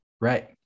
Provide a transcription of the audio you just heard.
Right